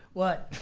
what?